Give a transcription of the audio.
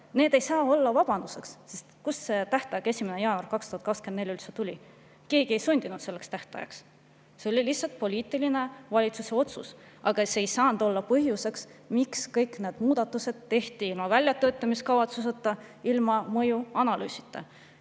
ei saa olla vabanduseks. Sest kust see tähtaeg, 1. jaanuar 2024 üldse tuli? Keegi ei sundinud selleks tähtajaks. See oli lihtsalt valitsuse poliitiline otsus, aga see ei saanud olla põhjuseks, miks kõik need muudatused tehti ilma väljatöötamiskavatsuseta ja ilma mõjuanalüüsita.